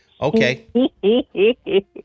Okay